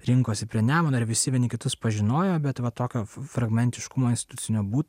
rinkosi prie nemuno ir visi vieni kitus pažinojo bet va tokio fragmentiškumo institucinio būta